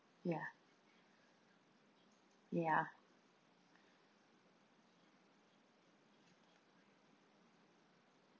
ya ya